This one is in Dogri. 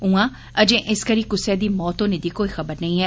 उया अजे इस करी कुसै दी मौत होने दी कोई खबर नेईं ऐ